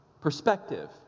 Perspective